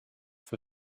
für